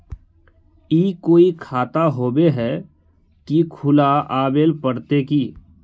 ई कोई खाता होबे है की खुला आबेल पड़ते की?